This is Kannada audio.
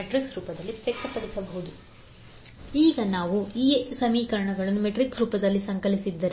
5 11 15 V1 V2 ಈಗ ನೀವು ಈ 2 ಸಮೀಕರಣಗಳನ್ನು ಮ್ಯಾಟ್ರಿಕ್ಸ್ ರೂಪದಲ್ಲಿ ಸಂಕಲಿಸಿದ್ದೀರಿ